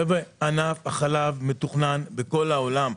חבר'ה, ענף החלב מתוכנן בכל העולם.